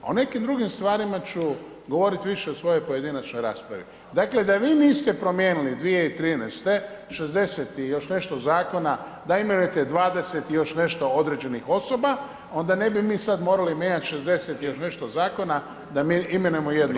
A o nekim drugim stvarima ću govorit više u svojoj pojedinačnoj raspravi.0 Dakle, da vi niste promijenili 2013. 60 i još nešto zakona da imenujete 20 i još nešto određenih osoba onda ne bi mi sad morali mijenjat 60 i još nešto zakona da mi imenujemo [[Upadica: Vrijeme.]] 1 osobu.